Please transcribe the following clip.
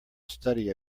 study